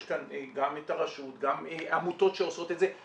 יש כאן גם את הרשות, גם עמותות שעושות את זה.